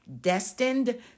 Destined